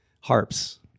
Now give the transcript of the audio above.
Harps